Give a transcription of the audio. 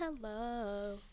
hello